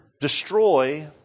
destroy